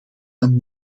dan